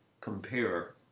compare